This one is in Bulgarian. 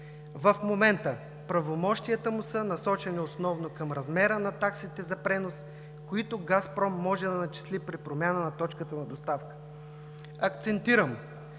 В момента правомощията му са насочени основно към размера на таксите за пренос, които „Газпром“ може да начисли при промяна на точката на доставка. Акцентирам